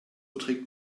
trägt